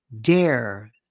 dare